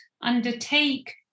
undertake